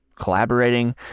collaborating